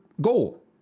goal